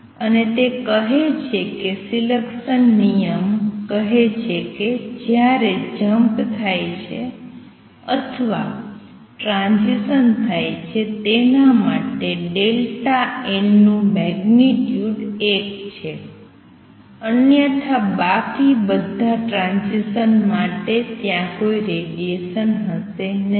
અને તે કહે છે કે સિલેકસન નિયમ કહે છે કે જ્યારે જમ્પ થાય છે અથવા ટ્રાંઝીસન થાય છે જેના માટે ∆n નું મેગ્નિટ્યુડ ૧ છે અન્યથા બાકી બધા ટ્રાંઝીસન માટે ત્યાં કોઈ રેડીએશન હશે નહીં